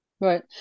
right